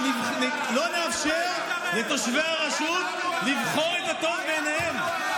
לא נאפשר לתושבי הרשות לבחור את הטוב בעיניהם?